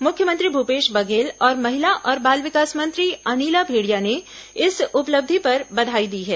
मुख्यमंत्री भूपेश बघेल और महिला और बाल विकास मंत्री अनिला भेड़िया ने इस उपलब्धि पर बधाई दी है